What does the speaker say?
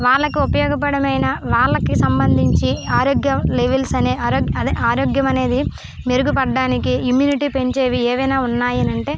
వాళ్ళకు ఉపయోగపడమైన వాళ్లకి సంబంధించి ఆరోగ్యం లెవెల్స్ అదే ఆరోగ్యం అనేది మెరుగుపడటానికి ఇమ్యూనిటీ పెంచేవి ఏవైనా ఉన్నాయనంటే